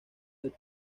del